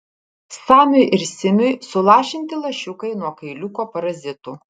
samiui ir simiui sulašinti lašiukai nuo kailiuko parazitų